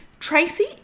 Tracy